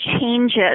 changes